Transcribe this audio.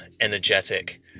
energetic